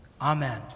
Amen